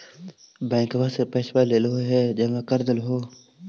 बैंकवा से पैसवा लेलहो है जमा कर देलहो हे?